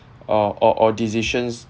or or or decisions